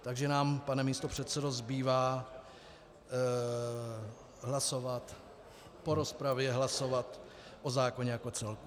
Takže nám, pane místopředsedo, zbývá po rozpravě hlasovat o zákoně jako celku.